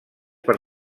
per